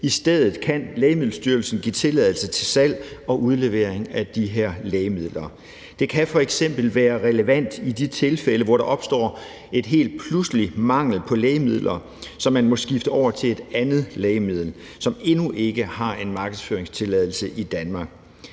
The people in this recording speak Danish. I stedet kan Lægemiddelstyrelsen give tilladelse til salg og udlevering af de her lægemidler. Det kan f.eks. være relevant i de tilfælde, hvor der opstår en helt pludselig mangel på lægemidler, så man må skifte over til et andet lægemiddel, som endnu ikke har en markedsføringstilladelse i Danmark.